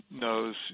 knows